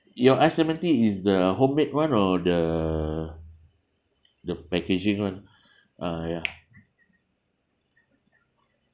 your iced lemon tea is the homemade [one] or the the packaging [one] uh ya